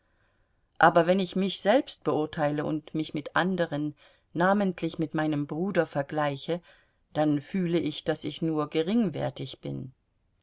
aber wenn ich mich selbst beurteile und mich mit anderen namentlich mit meinem bruder vergleiche dann fühle ich daß ich nur geringwertig bin